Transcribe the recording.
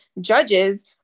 judges